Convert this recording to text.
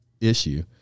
issue